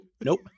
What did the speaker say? nope